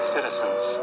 Citizens